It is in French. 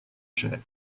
cher